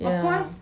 yeah